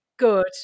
Good